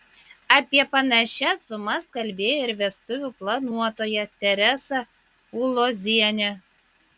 apie panašias sumas kalbėjo ir vestuvių planuotoja teresa ulozienė